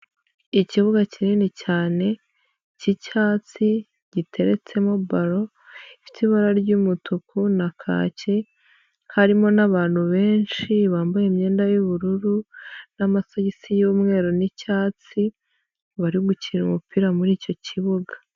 Ikibuga kinini cyane cy'icyatsi giteretsemo balon ifite ibara ry'umutuku na kaki, harimo n'abantu benshi bambaye imyenda y'ubururu n'amasogisi y'umweru n'icyatsi barimo gukina umupira muri icyo kibuga.